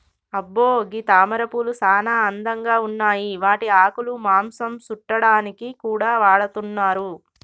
అబ్బో గీ తామరపూలు సానా అందంగా ఉన్నాయి వాటి ఆకులు మాంసం సుట్టాడానికి కూడా వాడతున్నారు